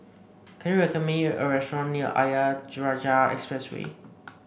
can you recommend me a restaurant near Ayer Rajah Expressway